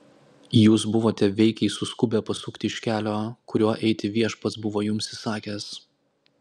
jūs buvote veikiai suskubę pasukti iš kelio kuriuo eiti viešpats buvo jums įsakęs